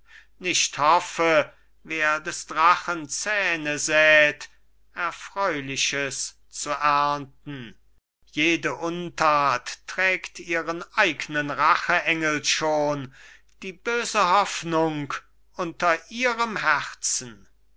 nicht hoffe wer des drachen zähne sät erfreuliches zu ernten jede untat trägt ihren eignen rache engel schon die böse hoffnung unter ihrem herzen